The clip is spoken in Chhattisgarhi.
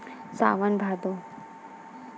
सावन भादो